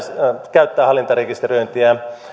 käyttää hallintarekisteröintiä